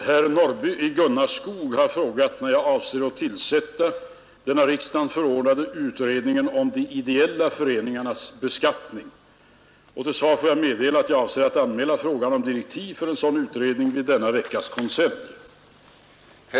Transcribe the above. Herr talman! Herr Norrby i Gunnarskog har frågat mig när jag avser att tillsätta den av 1965 års riksdag förordade utredningen om de ideella föreningarnas beskattning. Till svar får jag meddela att jag avser att anmäla frågan om direktiv för en sådan utredning vid denna veckas konselj.